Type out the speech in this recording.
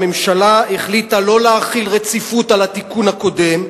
הממשלה החליטה לא להחיל רציפות על התיקון הקודם,